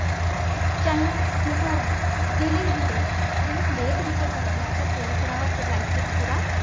चाहे ओह् अपने घर डेली रुटीन्स जिसलै अस बे तरीके चलने आं ते पूरी तरह अस लाइफ च पूरा